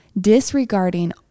disregarding